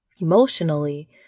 emotionally